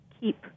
keep